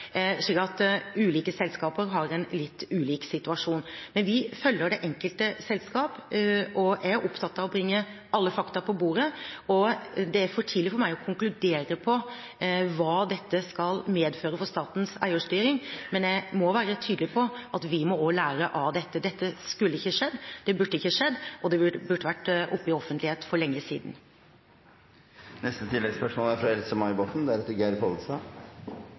er opptatt av å bringe alle fakta på bordet. Det er for tidlig for meg å konkludere med hva dette skal medføre for statens eierstyring, men jeg må være tydelig på at vi også må lære av dette. Dette skulle ikke skjedd, det burde ikke skjedd, og det burde vært i offentligheten for lenge siden. Else-May Botten – til oppfølgingsspørsmål. Jeg har ett konkret spørsmål, og det er: